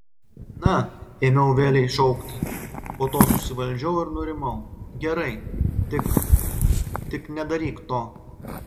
na ėmiau vėlei šaukti po to susivaldžiau ir nurimau gerai tik tik nedaryk to